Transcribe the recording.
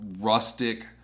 rustic